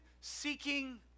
seeking